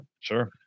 Sure